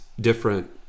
different